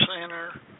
Center